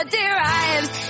derives